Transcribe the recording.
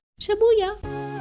Shabuya